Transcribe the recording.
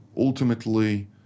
Ultimately